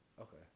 Okay